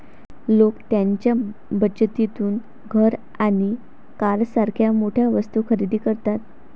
लोक त्यांच्या बचतीतून घर आणि कारसारख्या मोठ्या वस्तू खरेदी करतात